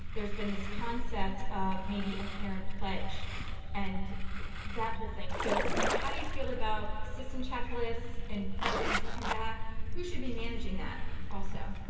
there's been this concept of maybe a parent pledge and that that whole thing. so how do you feel about system checklists in and prepping to come back? who should be managing that also?